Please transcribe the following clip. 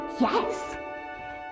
Yes